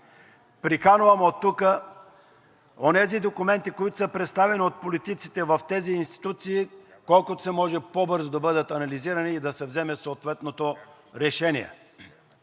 Приканвам оттук онези документи, които са представени от политиците в тези институции, колкото се може по-бързо да бъдат анализирани и да се вземе съответното решение.